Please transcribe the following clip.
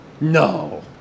No